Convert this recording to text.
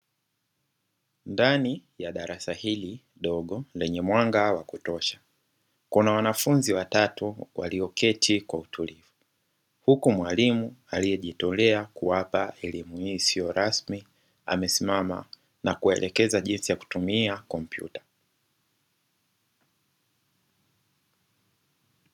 Ndani ya darasa hili dogo lenye mwanga wa kutosha, kuna wanafunzi watatu walioketi kwa utulivu, huku mwalimu aliyejitolea kuwapa elimu hii isiyo rasmi, amesimama na kuwaelekeza jinsi ya kutumia kompyuta.